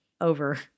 over